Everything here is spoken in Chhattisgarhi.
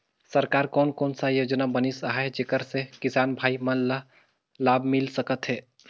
सरकार कोन कोन सा योजना बनिस आहाय जेकर से किसान भाई मन ला लाभ मिल सकथ हे?